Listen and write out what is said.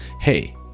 hey